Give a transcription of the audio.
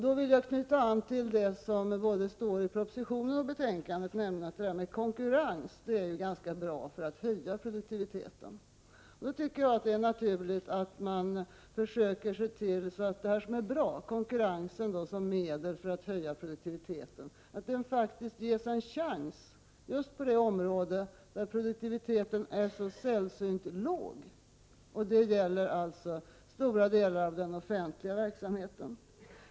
Då vill jag knyta an till det som står i både propositionen och betänkandet, nämligen att konkurrens är ganska bra för att höja produktiviteten. Då tycker jag att det är naturligt att man försöker se till att det som är bra, konkurrensen som medel för att höja produktiviteten, faktiskt ges en chans just på de områden där produktiviteten är så sällsynt låg. Det gäller alltså stora delar av den offentliga verksamheten.